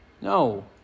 No